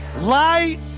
light